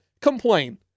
complain